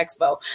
expo